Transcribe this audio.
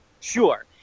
sure